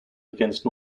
against